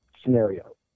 scenario